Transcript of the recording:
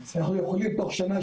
אנחנו יכולים תוך שנה,